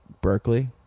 Berkeley